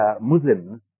Muslims